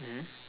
mmhmm